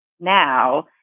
now